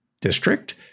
District